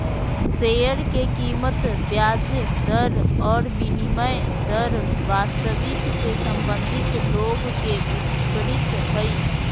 share के कीमत ब्याज दर और विनिमय दर वास्तविक से संबंधित लोग के विपरीत हइ